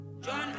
John